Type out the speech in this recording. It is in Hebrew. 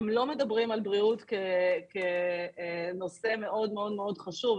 לא מדברים על בריאות כנושא מאוד מאוד חשוב.